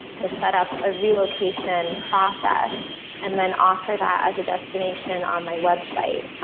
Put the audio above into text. to set up a relocation process and then offer that as a destination on my website,